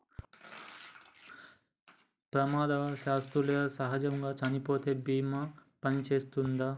ప్రమాదవశాత్తు లేదా సహజముగా చనిపోతే బీమా పనిచేత్తదా?